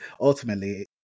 ultimately